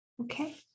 Okay